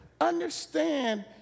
understand